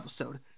episode